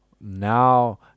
now